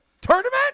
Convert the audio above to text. Tournament